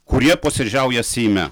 kurie posėdžiauja seime